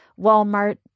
Walmart